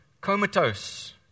comatose